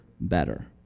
better